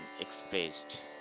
expressed